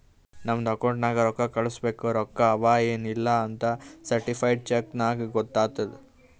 ನಮ್ದು ಅಕೌಂಟ್ ನಾಗ್ ರೊಕ್ಕಾ ಕಳ್ಸಸ್ಟ ರೊಕ್ಕಾ ಅವಾ ಎನ್ ಇಲ್ಲಾ ಅಂತ್ ಸರ್ಟಿಫೈಡ್ ಚೆಕ್ ನಾಗ್ ಗೊತ್ತಾತುದ್